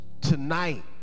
tonight